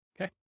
Okay